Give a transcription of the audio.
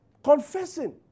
confessing